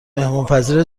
مهمانپذیر